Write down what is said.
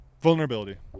vulnerability